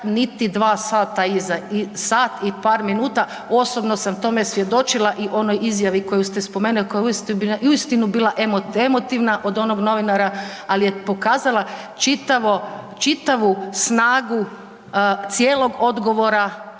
sata iza, sat i par minuta, osobno sam tome svjedočila i onoj izjavi koju ste spomenuli, koja je uistinu bila emotivna od onog novinara, ali je pokazala čitavu snagu cijelog odgovora